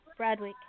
Bradwick